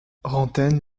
rantaine